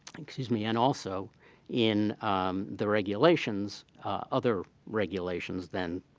excuse me. and also in the regulations other regulations then,